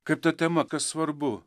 kaip tą temą kas svarbu